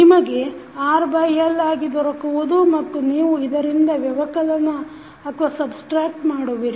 ಗೆ RL ಆಗಿ ದೊರಕುವುದು ಮತ್ತು ನೀವು ಇದರಿಂದ ವ್ಯವಕಲನ ಮಾಡುವಿರಿ